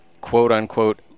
quote-unquote